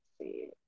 see